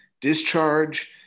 discharge